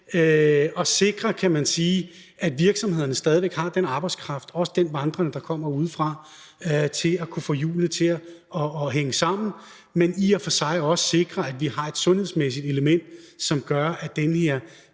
at sikre, kan man sige, at virksomhederne stadig væk har den arbejdskraft – også den vandrende, der kommer udefra – der skal til for at få det hele til at hænge sammen, men i og for sig også sikre, at vi har et sundhedsmæssigt element, som gør, at den her